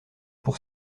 pour